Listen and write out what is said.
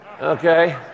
okay